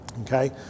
okay